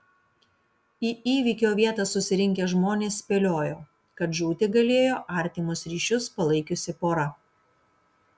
į įvykio vietą susirinkę žmonės spėliojo kad žūti galėjo artimus ryšius palaikiusi pora